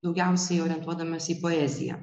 daugiausiai orientuodamasi į poeziją